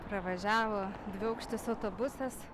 pravažiavo dviaukštis autobusas